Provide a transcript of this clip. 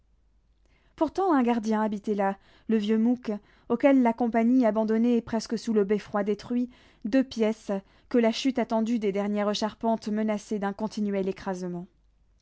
pourtant un gardien habitait là le vieux mouque auquel la compagnie abandonnait presque sous le beffroi détruit deux pièces que la chute attendue des dernières charpentes menaçait d'un continuel écrasement